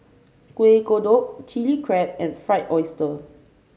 Kueh Kodok Chili Crab and Fried Oyster